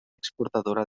exportadora